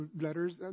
letters